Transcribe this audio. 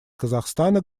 казахстана